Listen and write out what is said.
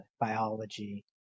biology